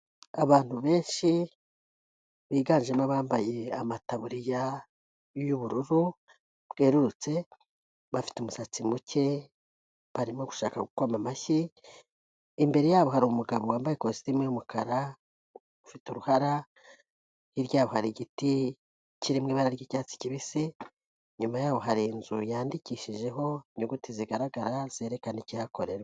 Abantu benshi, biganjemo abambaye amataburiya y'ubururu bwerurutse, bafite umusatsi muke, barimo gushaka gukoma amashyi, imbere yabo hari umugabo wambaye ikositimu y'umukara, ufite uruhara, hirya yabo hari igiti kiririmo ibara ry'icyatsi kibisi, inyuma yaho hari inzu yandikishijeho inyuguti zigaragara zerekana ikihakorerwa.